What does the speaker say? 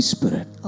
Spirit